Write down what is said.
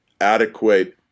adequate